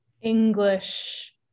English